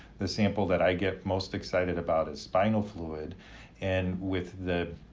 the sample that i get most excited about is spinal fluid and with the